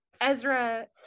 Ezra